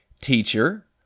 Teacher